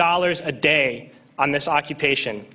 dollars a day on this occupation